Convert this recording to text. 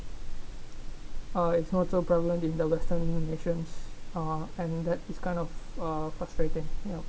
uh it's not so prevalent in the western nations uh and that is kind of uh frustrating yup